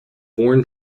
bourne